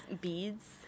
beads